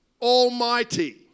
almighty